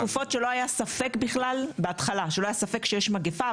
בתקופות שלא היה ספק שיש מגפה.